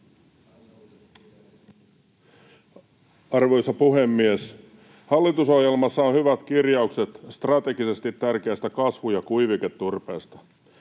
Arvoisa puhemies! Hallitusohjelmassa on hyvät kirjaukset strategisesti tärkeästä kasvu- ja kuiviketurpeesta.